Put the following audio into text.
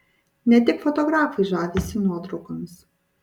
ne tik fotografai žavisi nuotraukomis